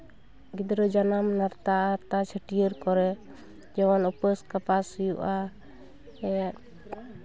ᱜᱤᱫᱽᱨᱟᱹ ᱡᱟᱱᱟᱢ ᱱᱟᱨᱛᱟ ᱪᱷᱟᱹᱴᱭᱟᱹᱨ ᱠᱚᱨᱮ ᱡᱮᱢᱚᱱ ᱩᱯᱟᱹᱥ ᱠᱟᱯᱟᱥ ᱦᱩᱭᱩᱜᱼᱟ